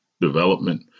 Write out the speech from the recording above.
development